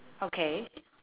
okay